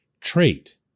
trait